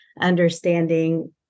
Understanding